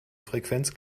frequenz